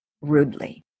rudely